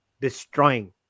Destroying